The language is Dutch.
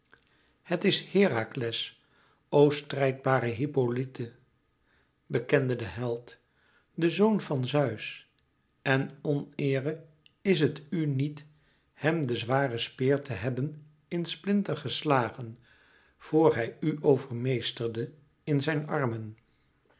het is herakles o strijdbare hippolyte bekende de held de zoon van zeus en oneere is het u niet hèm den zwaren speer te hebben in splinter geslagen voor hij u overmeesterde in zijn armen